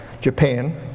Japan